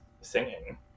singing